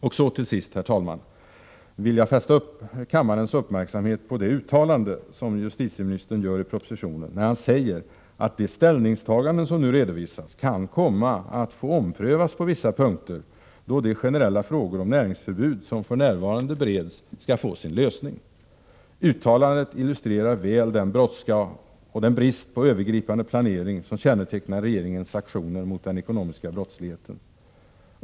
Och till sist, herr talman, vill jag fästa kammarens uppmärksamhet på det uttalande som justitieministern gör i propositionen, när han säger att de ställningstaganden som nu redovisas kan komma att få omprövas på vissa punkter då de generella frågor om näringsförbud som för närvarande bereds skall få sin lösning. Uttalandet illustrerar väl den brådska och brist på övergripande planering som kännetecknar regeringens aktioner mot den ekonomiska brottsligheten.